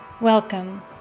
Welcome